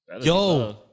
Yo